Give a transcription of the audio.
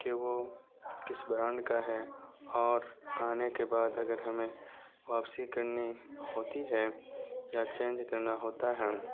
کہ وہ کس برانڈ کا ہے اور آنے کے بعد اگر ہمیں واپسی کرنی ہوتی ہے یا چینج کرنا ہوتا ہے